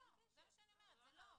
אין.